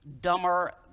Dumber